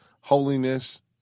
Holiness